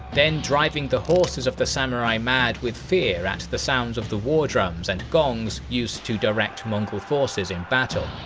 then driving the horses of the samurai mad with fear at the sounds of the war drums and gongs used to direct mongol forces in battle.